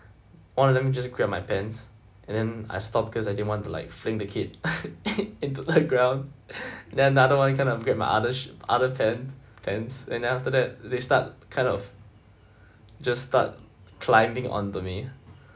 one of them just grabbed my pants and then I stopped because I didn't want to like fling the kid into the ground then another one kind of grabbed my other sh~ other pant pants and after that they start kind of just start climbing onto me